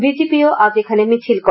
বিজেপিও আজ এখানে মিছিল করে